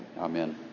Amen